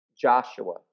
Joshua